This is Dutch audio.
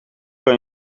kan